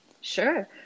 Sure